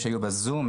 שהוא עם מורכבות,